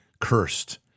cursed